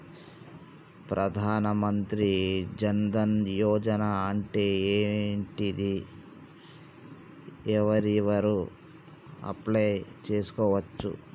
ప్రధాన మంత్రి జన్ ధన్ యోజన అంటే ఏంటిది? ఎవరెవరు అప్లయ్ చేస్కోవచ్చు?